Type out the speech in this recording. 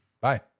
Bye